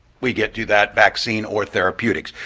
we get to that vaccine or therapeutics.